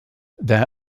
there